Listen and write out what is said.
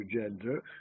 gender